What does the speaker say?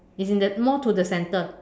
it's in the more to the centre